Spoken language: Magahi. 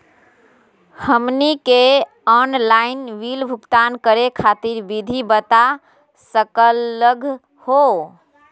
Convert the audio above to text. हमनी के आंनलाइन बिल भुगतान करे खातीर विधि बता सकलघ हो?